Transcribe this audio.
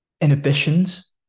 inhibitions